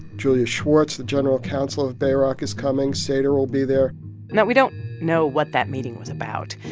julius schwarz, the general counsel of bayrock, is coming. sater will be there now, we don't know what that meeting was about.